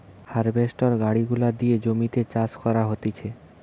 harvester গাড়ি গুলা দিয়ে জমিতে চাষ করা হতিছে